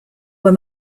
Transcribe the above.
were